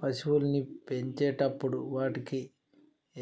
పశువుల్ని పెంచేటప్పుడు వాటికీ